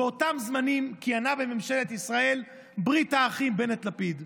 באותם זמנים כיהנה בממשלת ישראל ברית האחים בנט-לפיד,